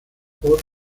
por